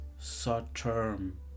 short-term